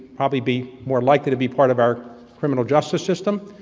probably be more likely to be part of our criminal justice system,